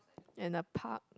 in a park